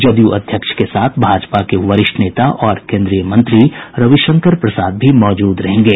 जदयू अध्यक्ष के साथ भाजपा के वरिष्ठ नेता और केन्द्रीय मंत्री रविशंकर प्रसाद भी मौजूद रहेंगे